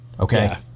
Okay